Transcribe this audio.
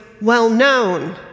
well-known